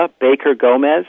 Baker-Gomez